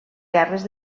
guerres